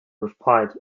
replied